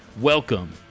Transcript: Welcome